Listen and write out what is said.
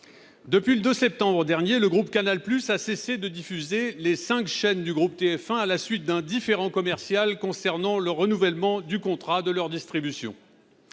depuis le 2 septembre dernier le groupe Canal Plus a cessé de diffuser les 5 chaînes du groupe TF1, à la suite d'un différend commercial concernant le renouvellement du contrat de leur distribution,